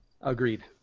Agreed